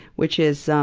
which is,